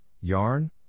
yarn